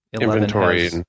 inventory